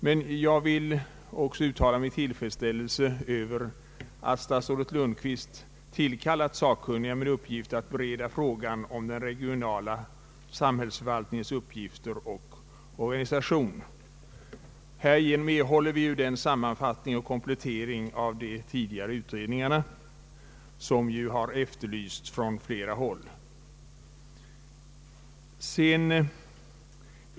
Men jag vill också uttala min tillfredsställelse över att statsrådet Lundkvist tillkallat sakkunniga med uppgift att bereda frågan om den regionala samhällsförvaltningens uppgifter och organisation. Härigenom erhåller vi den sammanfattning och komplettering av de tidigare utredningarna som har efterlysts från flera håll.